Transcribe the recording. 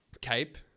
Cape